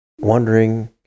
wondering